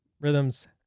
rhythms